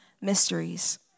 mysteries